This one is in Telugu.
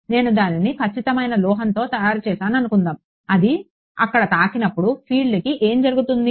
నేను దానిని ఖచ్చితమైన లోహంతో తయారు చేశాననుకుందాం అది అక్కడ తాకినప్పుడు ఫీల్డ్కి ఏమి జరుగుతుంది